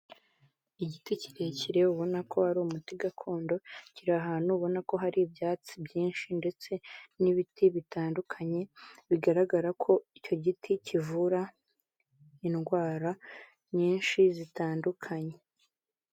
Igiti kirekire ubona ko ari umuti gakondo, kiri ahantu ubona ko hari ibyatsi byinshi ndetse n'ibiti bitandukanye, bigaragara ko icyo giti kivura indwara nyinshi zitandukanye.